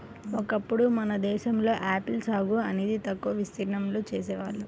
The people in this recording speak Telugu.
ఒకప్పుడు మన దేశంలో ఆపిల్ సాగు అనేది తక్కువ విస్తీర్ణంలో చేసేవాళ్ళు